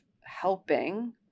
helping